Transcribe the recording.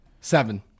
seven